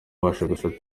bashatse